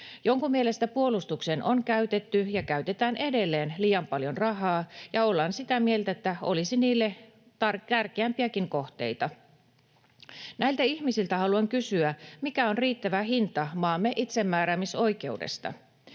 Jonkun mielestä puolustukseen on käytetty ja käytetään edelleen liian paljon rahaa, ja ollaan sitä mieltä, että olisi niille tärkeämpiäkin kohteita. Näiltä ihmisiltä haluan kysyä: mikä on riittävä hinta maamme itsemääräämisoikeudesta?